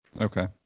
Okay